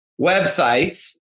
websites